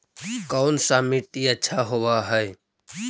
कोन सा मिट्टी अच्छा होबहय?